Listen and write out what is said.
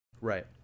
Right